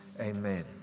Amen